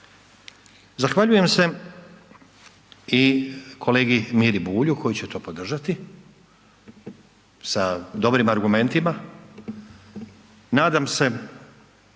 Zahvaljujem se i kolegi Miri Bulju koji će to podržati sa dobrim argumentima, nadam se